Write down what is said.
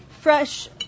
fresh